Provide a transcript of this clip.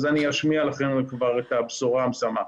אז אני אשמיע לכם כבר את הבשורה המשמחת.